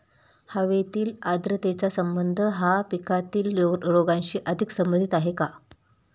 हवेतील आर्द्रतेचा संबंध हा पिकातील रोगांशी अधिक संबंधित आहे का?